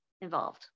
involved